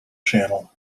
channel